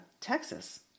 Texas